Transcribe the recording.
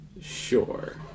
Sure